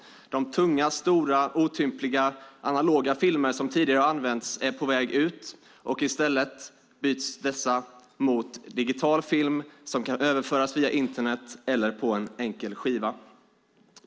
De tunga, stora och otympliga analoga filmerna som tidigare har använts är på väg ut, och i stället byts dessa mot digital film som kan överföras via Internet eller på en enkel skiva.